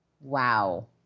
Wow